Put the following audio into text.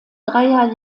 dreier